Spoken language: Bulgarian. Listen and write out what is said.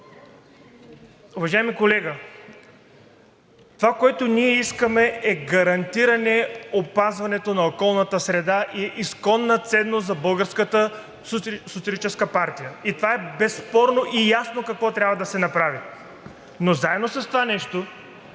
Уважаеми колега, това, което ние искаме, е гарантиране опазването на околната среда – изконна ценност за Българската социалистическа партия! Безспорно и ясно е какво трябва да се направи. Но заедно с това ние